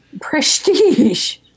Prestige